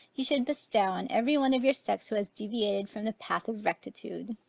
you should bestow on every one of your sex who has deviated from the path of rectitude.